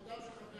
מנופחים,